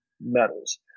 metals